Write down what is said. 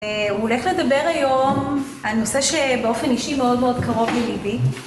הולך לדבר היום על נושא שבאופן אישי מאוד מאוד קרוב לליבי.